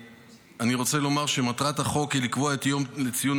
אני רוצה לומר שמטרת החוק היא לקבוע יום לציון